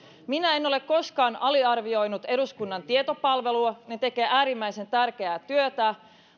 minä en ole koskaan aliarvioinut eduskunnan tietopalvelua he tekevät äärimmäisen tärkeää työtä